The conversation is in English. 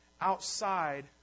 outside